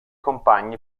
compagni